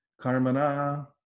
Karmana